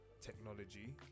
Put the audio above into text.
technology